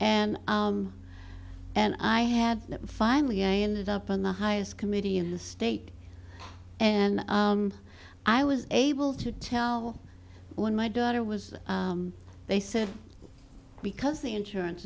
and and i had finally i ended up on the highest committee in the state and i was able to tell when my daughter was they said because the insurance